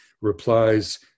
replies